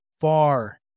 far